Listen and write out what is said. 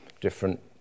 different